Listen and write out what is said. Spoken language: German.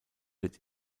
wird